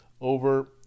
over